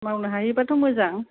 मावनो हायोबाथ' मोजां